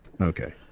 Okay